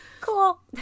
cool